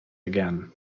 again